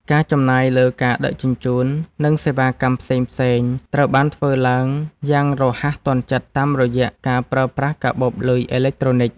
ការចំណាយលើការដឹកជញ្ជូន និងសេវាកម្មផ្សេងៗត្រូវបានធ្វើឡើងយ៉ាងរហ័សទាន់ចិត្តតាមរយៈការប្រើប្រាស់កាបូបលុយអេឡិចត្រូនិក។